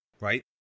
Right